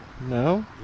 no